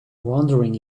wandering